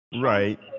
Right